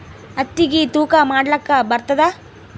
ಹತ್ತಿಗಿ ತೂಕಾ ಮಾಡಲಾಕ ಬರತ್ತಾದಾ?